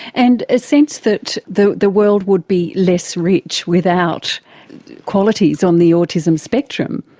and a sense that the the world would be less rich without qualities on the autism spectrum.